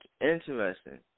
Interesting